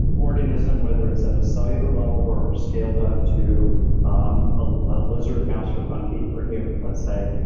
organism, whether it's at a cellular level or scaled up to um ah a lizard, mouse or monkey or human, let's say.